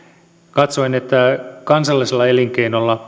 katsoin että kansallisella elinkeinolla